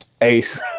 ace